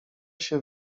się